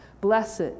Blessed